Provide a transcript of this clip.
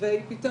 עוד לפני שהיו